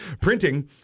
Printing